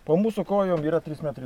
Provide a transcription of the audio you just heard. po mūsų kojom yra trys metrai